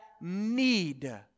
need